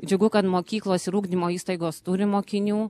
džiugu kad mokyklos ir ugdymo įstaigos turi mokinių